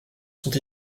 sont